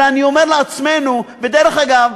אלא אני אומר לעצמנו, ודרך אגב,